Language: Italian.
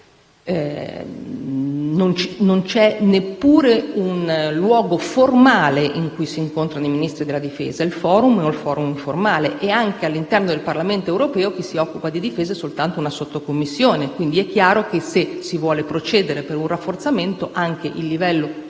non c'è neppure un luogo formale in cui si incontrano i Ministri della difesa: il *forum* è una sede informale. Anche all'interno del Parlamento europeo, ad occuparsi di difesa è soltanto una sottocommissione. Quindi, è chiaro che se si vuole procedere ad un rafforzamento, anche il livello